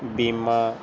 ਬੀਮਾ